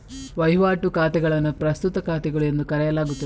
ವಹಿವಾಟು ಖಾತೆಗಳನ್ನು ಪ್ರಸ್ತುತ ಖಾತೆಗಳು ಎಂದು ಕರೆಯಲಾಗುತ್ತದೆ